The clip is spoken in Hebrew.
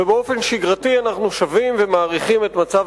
ובאופן שגרתי אנחנו שבים ומאריכים את מצב